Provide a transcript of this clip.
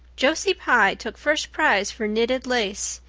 josie pye took first prize for knitted lace.